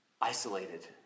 isolated